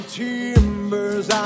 timbers